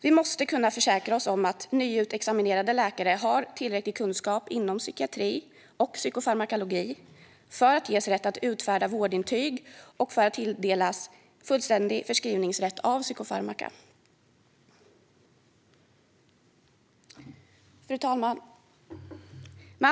Vi måste kunna försäkra oss om att nyutexaminerade läkare har tillräcklig kunskap inom psykiatri och psykofarmakologi för att ges rätt att utfärda vårdintyg och tilldelas fullständig förskrivningsrätt för psykofarmaka. Fru talman!